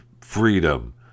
freedom